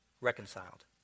reconciled